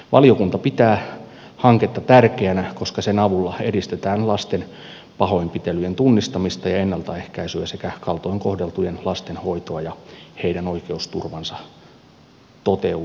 valiokunta pitää hanketta tärkeänä koska sen avulla edistetään lasten pahoinpitelyjen tunnistamista ja ennaltaehkäisyä sekä kaltoin kohdeltujen lasten hoitoa ja heidän oikeusturvansa toteutumista